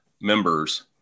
members